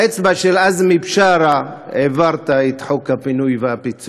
באצבע של עזמי בשארה העברת את חוק פינוי-פיצוי.